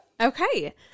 Okay